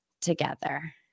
together